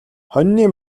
хонины